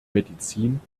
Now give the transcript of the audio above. medizin